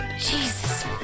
Jesus